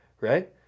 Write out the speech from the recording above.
Right